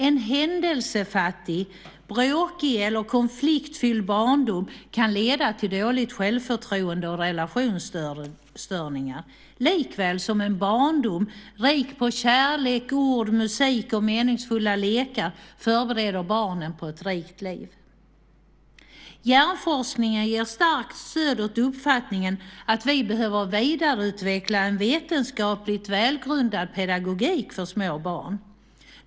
En händelsefattig, bråkig eller konfliktfylld barndom kan leda till dåligt självförtroende och relationsstörningar, likväl som en barndom rik på kärlek, ord, musik och meningsfulla lekar förbereder barnet på ett rikt liv. Hjärnforskningen ger starkt stöd åt uppfattningen att vi behöver vidareutveckla en vetenskapligt välgrundad pedagogik för små barn.